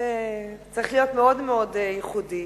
זה צריך להיות מאוד מאוד ייחודי.